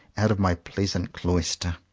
out of my pleasant cloister.